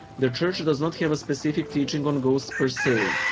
the church does not have a specific teaching on ghosts per se.